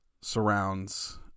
surrounds